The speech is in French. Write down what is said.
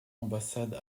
ambassade